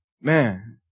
man